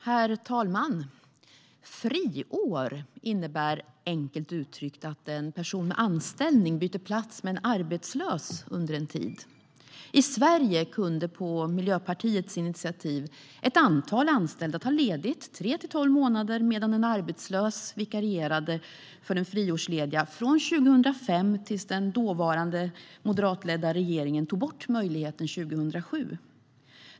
Herr talman! Friår innebär enkelt uttryckt att en person med anställning byter plats med en arbetslös under en tid. I Sverige kunde, på Miljöpartiets initiativ, från 2005 tills den dåvarande regeringen tog bort möjligheten 2007, ett antal anställda ta ledigt tre till tolv månader medan en arbetslös vikarierade för dem.